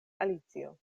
alicio